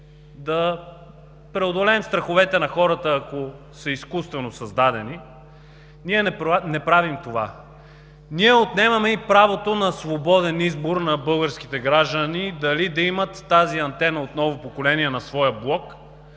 да преодолеем страховете на хората, ако са изкуствено създадени, ние не правим това. Ние отнемаме правото на свободен избор на българските граждани дали да имат тази антена от ново поколение на своя блок,